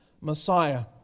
Messiah